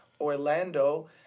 Orlando